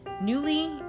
newly